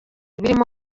birimo